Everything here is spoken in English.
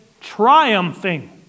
triumphing